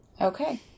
Okay